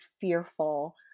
fearful